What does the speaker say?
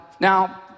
Now